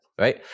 Right